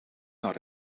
naar